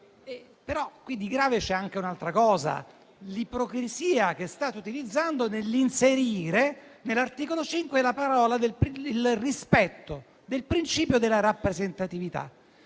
però di grave c'è anche un'altra cosa: l'ipocrisia che state utilizzando nell'inserire nell'articolo 5 il rispetto del principio della rappresentatività.